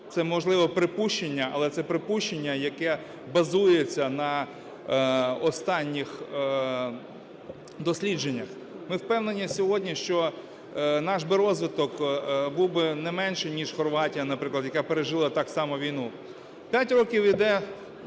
Це, можливо, припущення, але це припущення, яке базується на останніх дослідженнях. Ми впевнені сьогодні, що наш би розвиток був би не менший, ніж Хорватія, наприклад, яка пережила так само війну. 5 років іде,